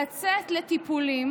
לצאת לטיפולים